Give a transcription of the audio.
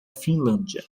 finlândia